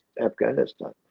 Afghanistan